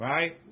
Right